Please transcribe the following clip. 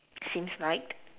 seems like